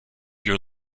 your